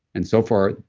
and so far,